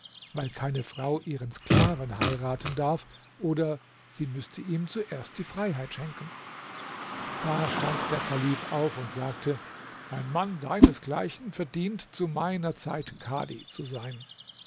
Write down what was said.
weil keine frau ihren sklaven heiraten darf oder sie müßte ihm zuerst die freiheit schenken da stand der kalif auf und sagte ein mann deinesgleichen verdient zu meiner zeit kadhi zu sein